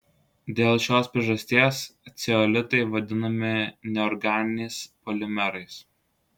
dėl šios priežasties ceolitai vadinami neorganiniais polimerais